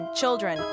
children